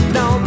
no